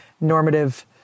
normative